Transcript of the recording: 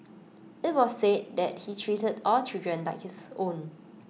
IT was said that he treated all children like his own